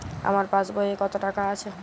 আমার পাসবই এ কত টাকা আছে?